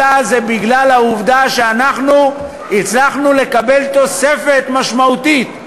אלא זה בגלל העובדה שאנחנו הצלחנו לקבל תוספת משמעותית.